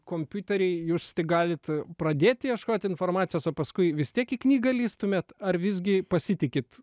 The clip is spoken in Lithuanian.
kompiutery jūs galit pradėt ieškot informacijos o paskui vis tiek į knygą lįstumėt ar visgi pasitikit